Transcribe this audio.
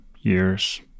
years